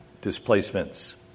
displacements